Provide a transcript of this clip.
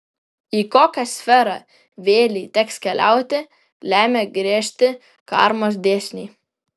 į kokią sferą vėlei teks keliauti lemia griežti karmos dėsniai